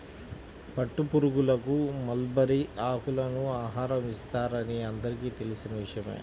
పట్టుపురుగులకు మల్బరీ ఆకులను ఆహారం ఇస్తారని అందరికీ తెలిసిన విషయమే